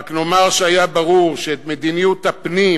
רק נאמר שהיה ברור שאת מדיניות הפנים